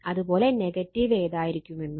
അതുപോലെ നെഗറ്റീവ് ഏതായിരിക്കുമെന്നും